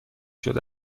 شده